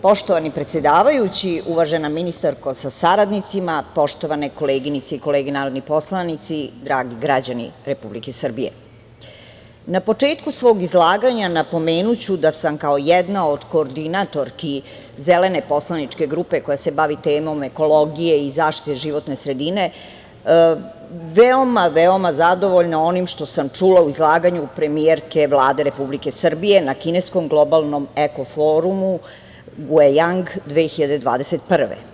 Poštovani predsedavajući, uvažena ministarko sa saradnicima, poštovane koleginice i kolege narodni poslanici, dragi građani Republike Srbije, na početku svog izlaganja napomenuću da sam kao jedna od koordinatorki Zelene poslaničke grupe koja se bavi temom ekologije i zaštite životne sredine, veoma zadovoljna onim što sam čula u izlaganju premijerke Vlade Republike Srbije na kineskom globalnom eko forumu Guejang 2021.